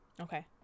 Okay